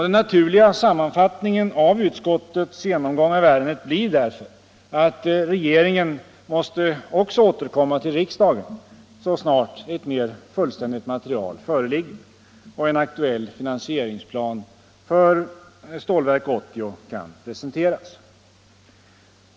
Den naturliga sammanfattningen av utskottets genomgång av ärendet blir därför att regeringen också måste återkomma till riksdagen så snart ett mera fullständigt material föreligger och en aktuell finansieringsplan för Stålverk 80 kan presenteras.